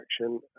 action